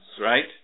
right